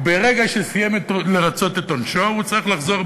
וברגע שסיים לרצות את עונשו הוא צריך לחזור,